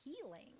healing